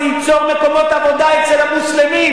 זה ייצור מקומות עבודה אצל המוסלמים.